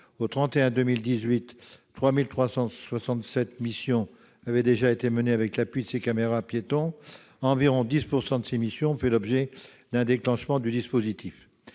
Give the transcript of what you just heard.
2018, 3 367 missions avaient déjà été menées avec l'appui de ces caméras-piétons. Environ 10 % de ces missions ont fait l'objet d'un déclenchement du dispositif.